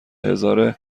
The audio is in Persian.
هزاره